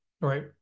Right